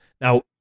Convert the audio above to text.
Now